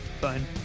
Fine